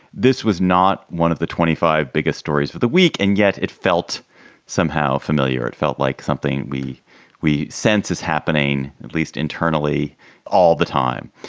this was not one of the twenty five biggest stories of the week. and yet it felt somehow familiar. it felt like something. wee wee sense is happening, at least internally all the time.